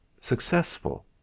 successful